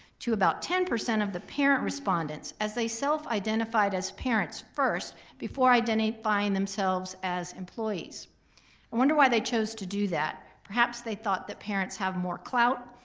to about ten percent of the parent respondents as they self identified as parents first before identifying themselves as employees. i wonder why they chose to do that? perhaps they thought that parents have more clout,